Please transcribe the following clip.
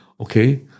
okay